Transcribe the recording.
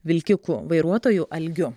vilkikų vairuotoju algiu